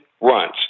runs